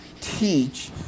teach